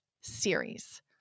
series